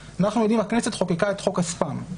הכנסת חוקקה את חוק הספאם,